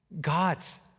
God's